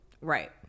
Right